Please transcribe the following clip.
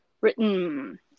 written